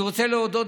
אני רוצה להודות,